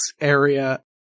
area